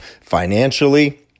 financially